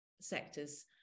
sectors